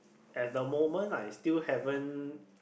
at the moment I still haven't